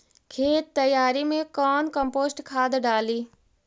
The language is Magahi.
खेत तैयारी मे कौन कम्पोस्ट खाद डाली?